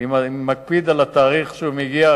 אם הוא מקפיד על התאריך כשהוא מגיע,